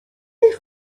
eich